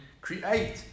create